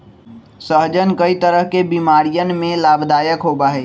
सहजन कई तरह के बीमारियन में लाभदायक होबा हई